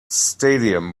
stadium